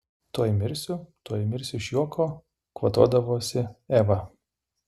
tuoj mirsiu tuoj mirsiu iš juoko kvatodavosi eva